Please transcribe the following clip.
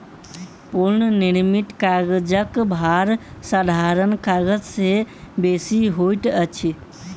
पुनःनिर्मित कागजक भार साधारण कागज से बेसी होइत अछि